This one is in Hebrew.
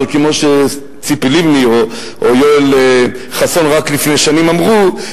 אבל כמו שציפי לבני או יואל חסון רק לפני שנים אמרו,